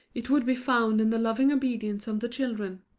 it would be found in the loving obedience of the children.